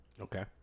Okay